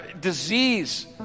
disease